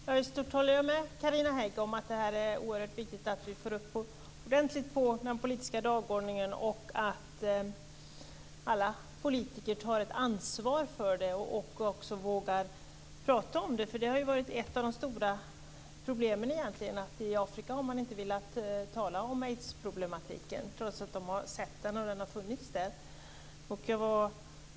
Fru talman! Visst håller jag med Carina Hägg om att det är oerhört viktigt att vi ordentligt för upp detta på den politiska dagordningen och att alla politiker tar ett ansvar för det och vågar prata om det. Ett av de stora problemen i Afrika har varit att man där inte har velat tala om aidsproblematiken, trots att den har funnits där och trots att man har sett den.